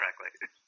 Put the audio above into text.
correctly